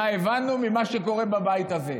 מה הבנו ממה שקורה בבית הזה.